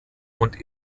und